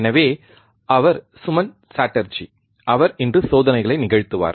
எனவே அவர் சுமன் சாட்டர்ஜி அவர் இன்று சோதனைகளை நிகழ்த்துவார்